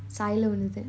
Cylon is it